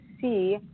see